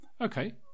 Okay